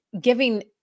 giving